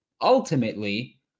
ultimately